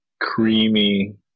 creamy